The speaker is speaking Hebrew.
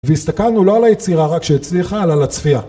והסתכלנו לא על היצירה רק שהצליחה, אלא על הצפייה